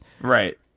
Right